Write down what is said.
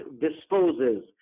disposes